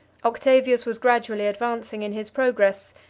octavius was gradually advancing in his progress,